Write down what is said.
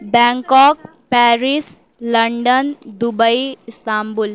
Bangkok Paris London Dubai Istanbul